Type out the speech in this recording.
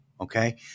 Okay